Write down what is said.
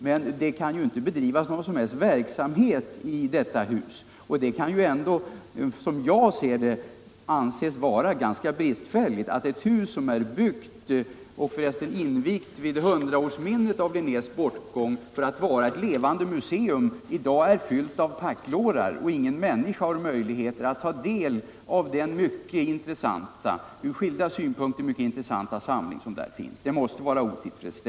Men det kan ju inte bedrivas någon som helst verksamhet i anläggningen. Som jag ser det är det ganska otillfredsställande att detta hus, som invigdes vid 100-årsminnet av Linnés bortgång och som är byggt för att vara ett levande museum, i dag är fyllt av packlårar och att ingen människa har möjlighet att ta del av den ur skilda synpunkter mycket intressanta samling som där finns.